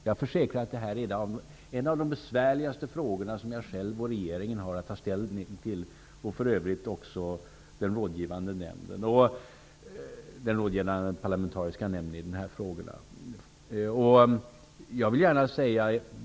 Jag försäkrar att den är en av de besvärligaste frågor som jag själv, regeringen och den rådgivande parlamentariska nämnden har att ta ställning till.